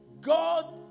God